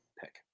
pick